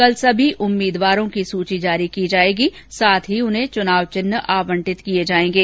कल सभी उम्मीदवारों की सुची जारी की जायेगी साथ ही उन्हें चुनाव चिन्ह आवंटन किये जायेगें